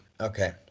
Okay